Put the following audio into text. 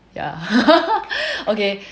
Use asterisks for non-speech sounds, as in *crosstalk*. ya *laughs* okay